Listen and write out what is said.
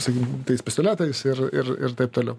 sakykim tais pistoletais ir ir ir taip toliau